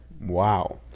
Wow